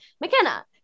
McKenna